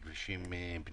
במיוחד בכבישים הפנימיים.